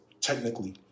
technically